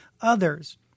others